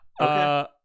Okay